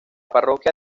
parroquia